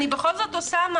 אני בכל זאת חושבת,